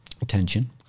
attention